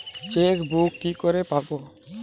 Chequebook কি করে পাবো?